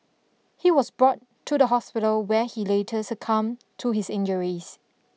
he was brought to the hospital where he later succumbed to his injuries